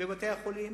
בבתי-החולים,